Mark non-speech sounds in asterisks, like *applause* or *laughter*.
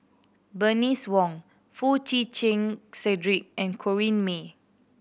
Bernice Wong Foo Chee *unintelligible* Cedric and Corrinne May